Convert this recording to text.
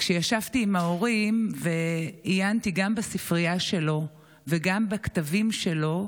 כשישבתי עם ההורים ועיינתי גם בספרייה שלו וגם בכתבים שלו,